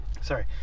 Sorry